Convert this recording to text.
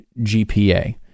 GPA